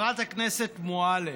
חברת הכנסת מועלם,